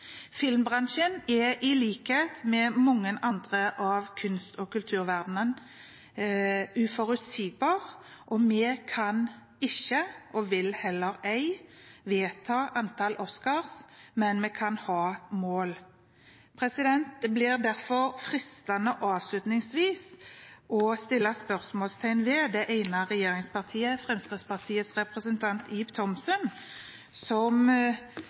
Filmbransjen er, i likhet med mange av de andre bransjene i kunst- og kulturverdenen, uforutsigbar. Vi kan ikke – og vil heller ei– vedta antall Oscar-priser, men vi kan ha mål. Det blir derfor fristende avslutningsvis å stille et spørsmål til en representant fra et av regjeringspartiene. Fremskrittspartiets Ib Thomsen